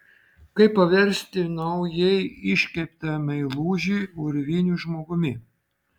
kaip paversti naujai iškeptą meilužį urviniu žmogumi